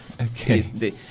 okay